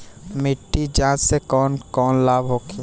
मिट्टी जाँच से कौन कौनलाभ होखे?